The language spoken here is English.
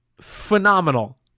phenomenal